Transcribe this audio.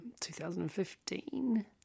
2015